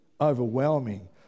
overwhelming